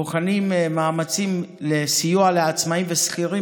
בוחנים מאמצים לסיוע לעצמאים ושכירים